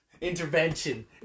Intervention